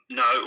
no